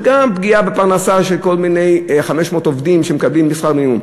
אז זו גם פגיעה בפרנסה של כל מיני 500 עובדים שמקבלים שכר מינימום,